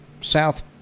South